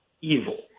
evil